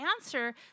answer